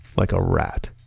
like a rat.